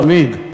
תמיד.